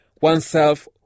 oneself